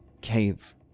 cave